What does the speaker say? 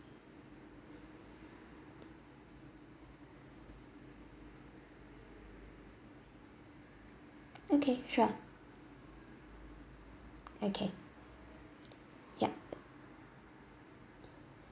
okay sure okay ya